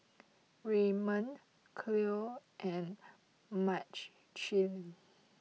Redmond Cleo and Machelle